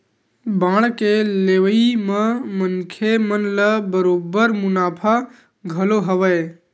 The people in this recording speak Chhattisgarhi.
बांड के लेवई म मनखे मन ल बरोबर मुनाफा घलो हवय